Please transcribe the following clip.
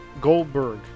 Goldberg